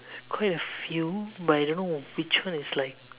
quite a few but I don't know which one is like